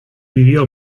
vivió